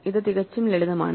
ഇത് തികച്ചും ലളിതമാണ്